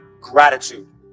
gratitude